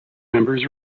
members